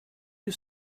you